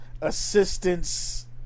assistance